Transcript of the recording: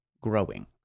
growing